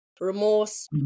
remorse